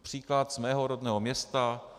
Příklad z mého rodného města.